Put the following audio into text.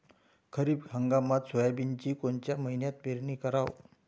खरीप हंगामात सोयाबीनची कोनच्या महिन्यापर्यंत पेरनी कराव?